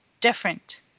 different